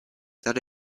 that